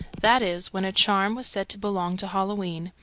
that is, when a charm was said to belong to halloween,